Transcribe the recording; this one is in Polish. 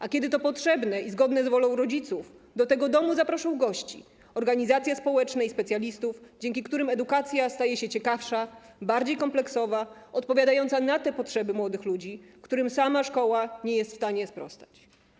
A kiedy to potrzebne i zgodne z wolą rodziców, do tego domu zaproszą gości - organizacje społeczne i specjalistów, dzięki którym edukacja staje się ciekawsza, bardziej kompleksowa, odpowiadająca na te potrzeby młodych ludzi, którym sama szkoła nie jest w stanie sprostać.